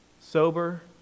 sober